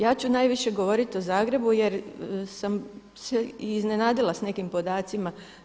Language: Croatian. Ja ću najviše govoriti o Zagrebu jer sam se i iznenadila sa nekim podacima.